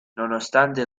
nonostante